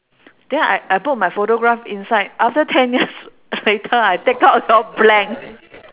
then I I put my photograph inside after ten years later I take out all blank